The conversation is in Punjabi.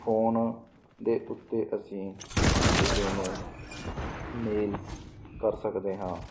ਫੋਨ ਦੇ ਉੱਤੇ ਅਸੀਂ ਕਿਸੇ ਨੂੰ ਮੇਲ ਕਰ ਸਕਦੇ ਹਾਂ